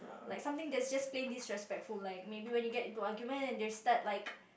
like something that's just plain disrespectful like maybe you get into an argument and they start like